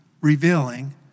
revealing